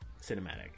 Cinematic